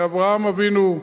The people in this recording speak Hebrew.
מאברהם אבינו,